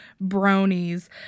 bronies